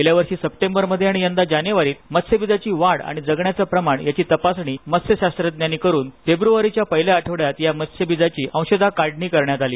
गेल्यावर्षी सप्टेंबर मध्ये आणि यंदा जानेवारीत मत्स्यबीजाची वाढ आणि जगण्याच प्रमाण याची तपासणी मत्स्य शास्त्रज्ञानी करून फेब्रुवारीच्या पहिल्या आठवड्यात या मत्स्यबीजाची अंशत काढणी करण्यात आली